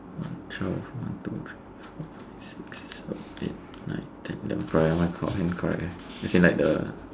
one twelve one two three four five six seven eight nine ten eleven correct eh my clock hand correct eh as in like the